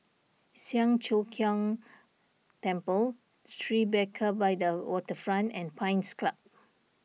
Siang Cho Keong Temple Tribeca by the Waterfront and Pines Club